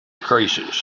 crisis